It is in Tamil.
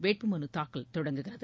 வேட்புமனு தாக்கல் தொடங்குகிறது